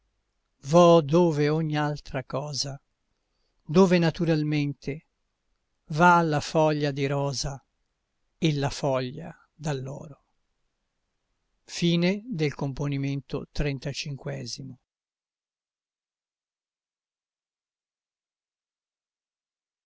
vo dove ogni altra cosa dove naturalmente va la foglia di rosa e la foglia d'alloro quando fanciullo io venni a